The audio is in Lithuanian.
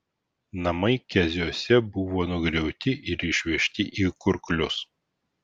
namai keziuose buvo nugriauti ir išvežti į kurklius